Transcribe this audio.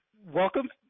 Welcome